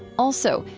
also,